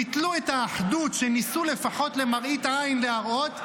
ביטלו את האחדות שניסו לפחות למראית עין להראות,